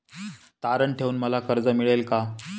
तारण ठेवून मला कर्ज मिळेल का?